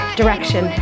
direction